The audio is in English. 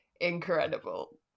incredible